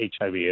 HIV